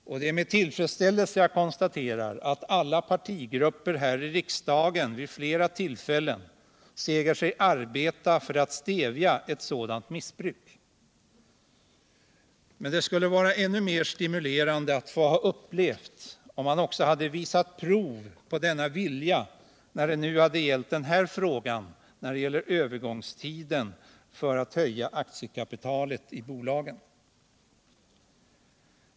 Jag konstaterar med tillfredsställelse att alla partigrupper här i riksdagen vid flera tillfällen har sagt sig arbeta för att stävja ett sådant missbruk. Men det skulle vara ännu mer stimulerande att få uppleva att man också hade visat prov på denna vilja när det nu gäller frågan om övergångstiden för höjning av aktiekapitalet i bolagen.